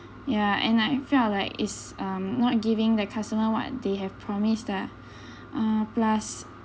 ya and I felt like is um not giving the customer what they have promised that uh plus